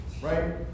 right